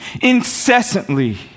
incessantly